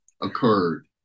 occurred